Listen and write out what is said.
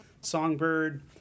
Songbird